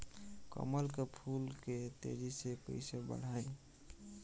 कमल के फूल के तेजी से कइसे बढ़ाई?